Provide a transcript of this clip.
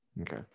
Okay